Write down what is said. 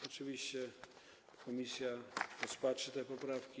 Oczywiście komisja rozpatrzy te poprawki.